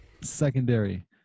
secondary